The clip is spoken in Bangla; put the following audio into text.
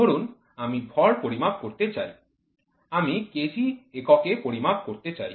ধরুন আমি ভর পরিমাপ করতে চাই আমি কেজি এককে পরিমাপ করতে চাই